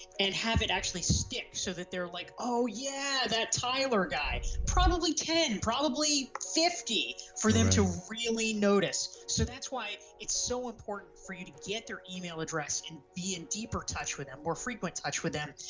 and have it actually stick so that they're like oh yeah that tyler guy. probably ten. probably fifty for them to really notice. so that's why it's so important for you to get their email address and be a and deeper touch with them, more frequent touch with them,